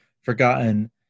forgotten